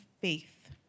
faith